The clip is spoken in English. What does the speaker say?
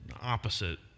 opposite